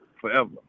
forever